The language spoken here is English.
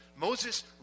Moses